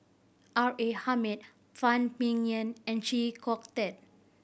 R A Hamid Phan Ming Yen and Chee Kong Tet